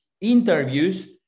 interviews